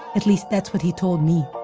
at least that's what he told me.